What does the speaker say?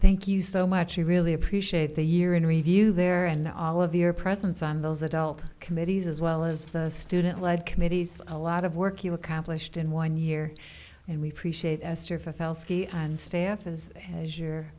thank you so much i really appreciate the year in review there and all of your presence on those adult committees as well as the student led committees a lot of work you accomplished in one year and we a